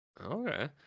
okay